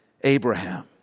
Abraham